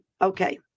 Okay